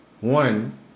One